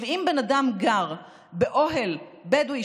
אם בן אדם גר באוהל בדואי,